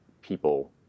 people